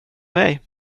mig